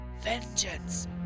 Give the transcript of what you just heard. Vengeance